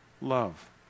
love